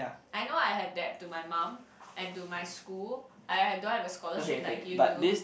I know I have debt to my mum and to my school I don't have a scholarship like you do